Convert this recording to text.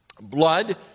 Blood